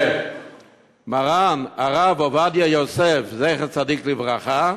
שמרן הרב עובדיה יוסף, זכר צדיק לברכה,